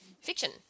fiction